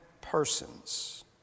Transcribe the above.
persons